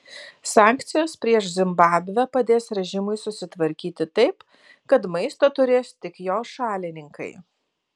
sankcijos prieš zimbabvę padės režimui susitvarkyti taip kad maisto turės tik jo šalininkai